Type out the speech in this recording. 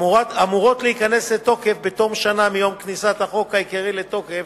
אמורות להיכנס לתוקף בתום שנה מיום כניסת החוק העיקרי לתוקף,